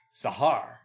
Sahar